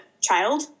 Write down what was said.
child